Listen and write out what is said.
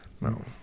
no